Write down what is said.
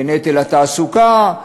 בנטל התעסוקה,